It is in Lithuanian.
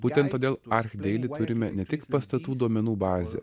būtent todėl archdeili turime ne tik pastatų duomenų bazę